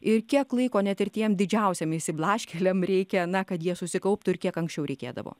ir kiek laiko net ir tiem didžiausiem išsiblaškėliam reikia na kad jie susikauptų ir kiek anksčiau reikėdavo